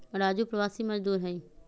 राजू प्रवासी मजदूर हई